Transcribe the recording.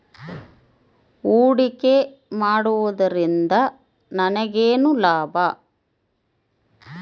ಹೂಡಿಕೆ ಮಾಡುವುದರಿಂದ ನನಗೇನು ಲಾಭ?